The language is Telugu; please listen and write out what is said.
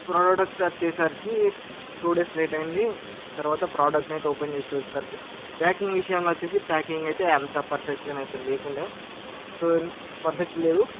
ప్రోడక్ట్ వచ్చేసరికి టూ డేస్ లేట్ అయింది తర్వాత ప్రోడక్ట్ని అయితే ఓపెన్ చేసి చూసేసరికి ప్యాకింగ్ విషయంలో వచ్చేసి ప్యాకింగ్ అయితే అంత పర్ఫెక్ట్గా అయితే లేకుండే సో పర్ఫెక్ట్ లేదు